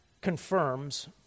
confirms